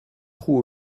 trou